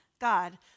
God